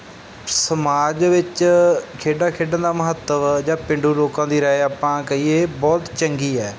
ਸਮਾਜ ਦੇ ਵਿੱਚ ਖੇਡਾਂ ਖੇਡਣ ਦਾ ਮਹੱਤਵ ਜਾਂ ਪੇਂਡੂ ਲੋਕਾਂ ਦੀ ਰਾਇ ਆਪਾਂ ਕਹੀਏ ਬਹੁਤ ਚੰਗੀ ਹੈ